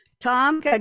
Tom